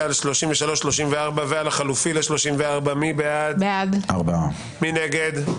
הצבעה בעד, 4 נגד,